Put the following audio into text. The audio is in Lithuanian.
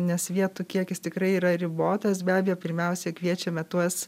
nes vietų kiekis tikrai yra ribotas be abejo pirmiausia kviečiame tuos